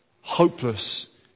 Hopeless